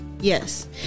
yes